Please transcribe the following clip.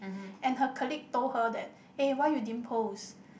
and her colleague told her that eh why you didn't post